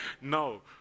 No